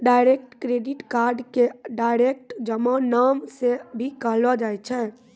direct credit के direct जमा नाम से भी कहलो जाय छै